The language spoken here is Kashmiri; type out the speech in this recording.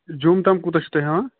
جوٚم تام کوٗتاہ چھُو تُہۍ ہٮ۪وان